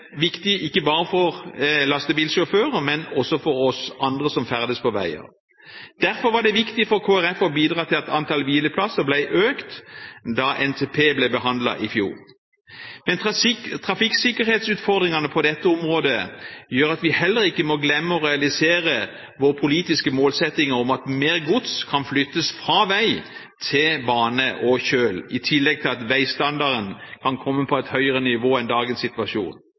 viktig ikke bare for lastebilsjåfører, men også for oss andre som ferdes på veier. Derfor var det viktig for Kristelig Folkeparti å bidra til at antall hvileplasser ble økt da NTP ble behandlet i fjor. Men trafikksikkerhetsutfordringene på dette området gjør at vi heller ikke må glemme å realisere vår politiske målsetting om at mer gods kan flyttes fra vei til bane og kjøl, i tillegg til at veistandarden kan komme på et høyere nivå enn dagens situasjon.